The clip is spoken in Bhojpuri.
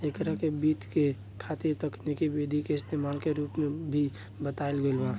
एकरा के वित्त के खातिर तकनिकी विधि के इस्तमाल के रूप में भी बतावल गईल बा